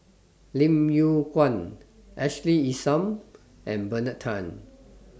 Lim Yew Kuan Ashley Isham and Bernard Tan